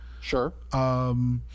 sure